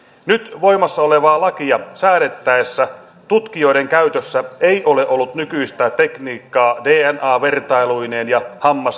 nyt voimassa olevaa lakia säädettäessä tutkijoiden käytössä ei ole ollut nykyistä tekniikkaa dna vertailuineen ja hammaskarttoineen